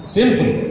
Simple